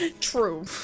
True